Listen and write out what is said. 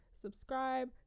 subscribe